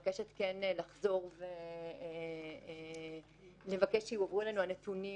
מבקשת כן לחזור ולבקש שיובאו אלינו הנתונים